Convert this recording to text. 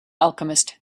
alchemist